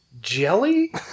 Jelly